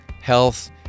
Health